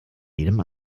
jedem